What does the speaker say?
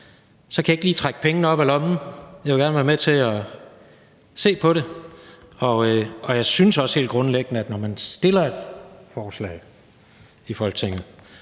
kan jeg ikke lige trække pengene op af lommen. Jeg vil gerne være med til at se på det, men jeg synes helt grundlæggende, at når man fremsætter forslag i Folketinget,